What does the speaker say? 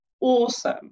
awesome